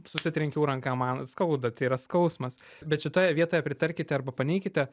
susitrenkiau ranka man skauda tai yra skausmas bet šitoje vietoje pritarkite arba paneikite